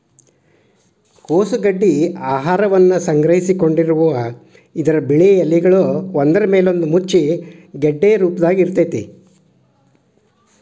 ಕೋಸು ಗಡ್ಡಿ ಆಹಾರವನ್ನ ಸಂಗ್ರಹಿಸಿಕೊಂಡಿರುವ ಇದರ ಬಿಳಿಯ ಎಲೆಗಳು ಒಂದ್ರಮೇಲೊಂದು ಮುಚ್ಚಿ ಗೆಡ್ಡೆಯ ರೂಪದಾಗ ಇರ್ತೇತಿ